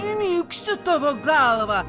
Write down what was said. primygsiu tavo galvą